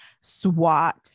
swat